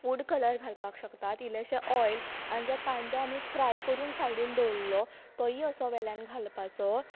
food colour घालपाक शकता आनी इल्लोसो ऑयल आनी जो कांदो आमी फ्राय करून सायडीन दवरिल्लो तोयी असो वेल्यान घालपाचो